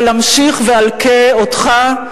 אבל אמשיך ואלקה אותך,